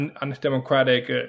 undemocratic